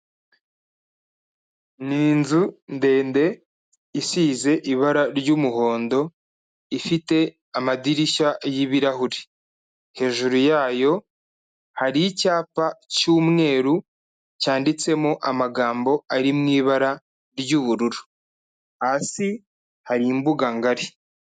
Ni inzu ndende isize ibara ry'umuhondo ifite amadirishya y'ibirahure, hejuru yayo hari icyapa cy'umweru cyanditsemo amagambo ari mu ibara ry'ubururu, hasi hari imbuga ngari.